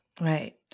Right